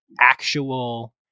actual